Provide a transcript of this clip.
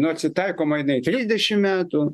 nors ir taikoma jinai trisdešim metų